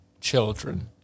children